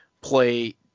play